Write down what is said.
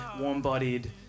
warm-bodied